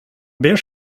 beige